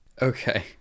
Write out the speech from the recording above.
Okay